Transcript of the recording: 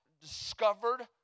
discovered